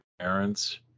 parents